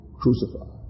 crucified